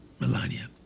Melania